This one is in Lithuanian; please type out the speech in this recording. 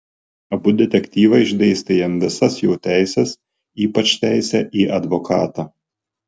abu detektyvai išdėstė jam visas jo teises ypač teisę į advokatą